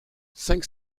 cinq